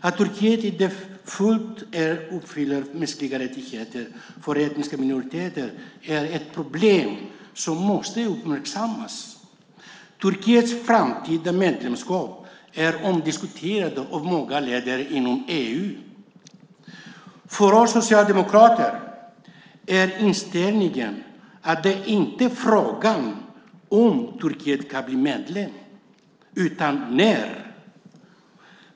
Att Turkiet inte fullt ut uppfyller mänskliga rättigheter för etniska minoriteter är ett problem som måste uppmärksammas. Turkiets framtida medlemskap är omdiskuterat av många länder inom EU. För oss socialdemokrater är inställningen att frågan inte gäller om Turkiet kan bli medlem utan när .